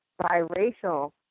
biracial